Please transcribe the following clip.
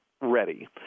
ready